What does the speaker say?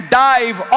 dive